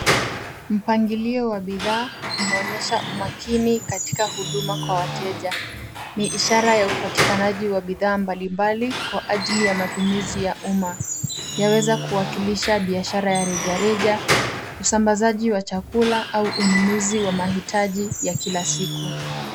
Mpangilio wa bidhaa unaonyesha umakini katika huduma kwa wateja, ni ishara ya upatikanaji wa bidhaa mbalimbali kwa ajili ya matumizi ya uma, yaweza kuwakilisha biashara ya rejareja usambazaji wa chakula au ununuzi wamahitaji ya kila siku.